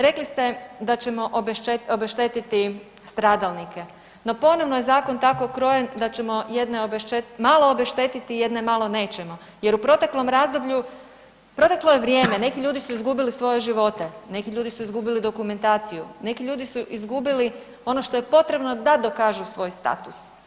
Rekli ste da ćemo obeštetiti stradalnike, no ponovno je zakon tako krojen da ćemo jedne malo obeštetiti, jedne malo nećemo jer u proteklom razdoblju, proteklo je vrijeme, neki ljudi su izgubili svoje živote, neki ljudi su izgubili dokumentaciju, neki ljudi su izgubili ono što je potrebno da dokažu svoj status.